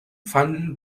fanden